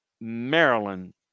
Maryland